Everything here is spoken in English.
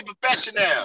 professional